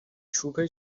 چوب